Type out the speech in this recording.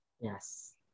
yes